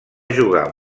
jugar